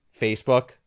Facebook